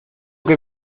que